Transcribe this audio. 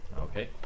Okay